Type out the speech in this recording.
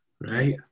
Right